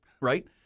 right